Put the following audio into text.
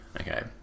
okay